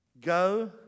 Go